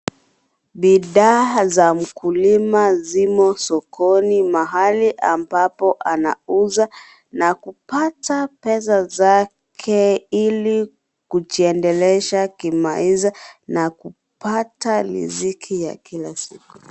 Bidhaa za mkulima zimo sokoni mahali ambapo anauza. Na kupata pesa zake ili kujiendelesha kimaisha, na kupata na kupaata riziki ya kila siku.